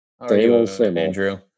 andrew